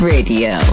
Radio